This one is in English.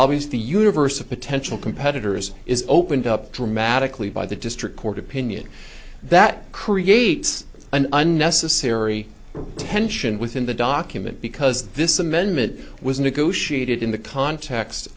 obvious the universe of potential competitors is opened up or magically by the district court opinion that creates an unnecessary tension within the document because this amendment was negotiated in the context